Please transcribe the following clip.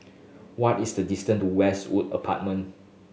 what is the distance to Westwood Apartment